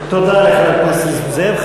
תודה לחבר הכנסת זאב.